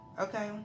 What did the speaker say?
okay